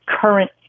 current